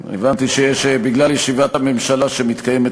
הבנתי שזה בגלל ישיבת הממשלה שמתקיימת